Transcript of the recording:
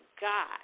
God